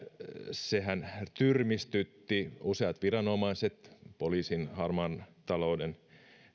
sehän tyrmistytti useat viranomaiset poliisin harmaan talouden